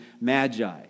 magi